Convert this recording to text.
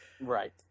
Right